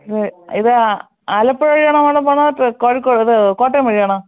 ഇത് ഇത് ആലപ്പുഴ വഴിയാണോ മേടം പോകുന്നത് അതോ കോഴിക്കോട് ഇത് കോട്ടയം വഴിയാണോ